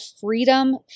freedom